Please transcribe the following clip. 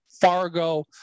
Fargo